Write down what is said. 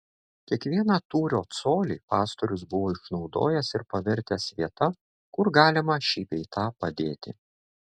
kiekvieną tūrio colį pastorius buvo išnaudojęs ir pavertęs vieta kur galima šį bei tą padėti